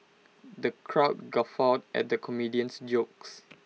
the crowd guffawed at the comedian's jokes